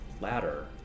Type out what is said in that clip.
Ladder